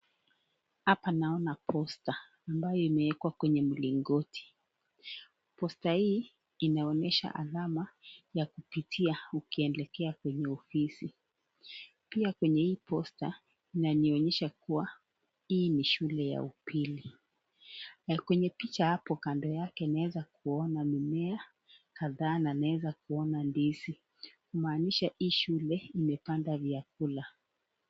Hapa naona posta ambayo imewekwa kwenye mlingoti. Posta hii inaonyesha alama ya kupitia ukielekea kwenye ofisi. Pia kwenye hii posta inanionyesha kuwa hii ni shule ya upili, na kwenye picha hapo kando yake naweza kuona mimea kadhaa na naweza kuona ndizi kumaanisha hii shule imepanda vyakula.